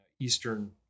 Eastern